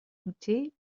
douté